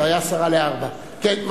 זה היה 15:50. אוקיי.